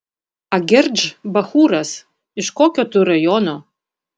agirdž bachūras iš kokio tu rajono